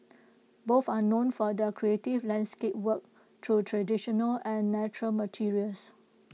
both are known for their creative landscape work through traditional and natural materials